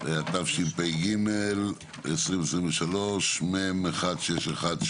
התשפ"ג-2023 מ/1612.